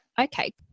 okay